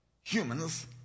humans